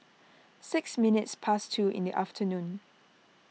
six minutes past two in the afternoon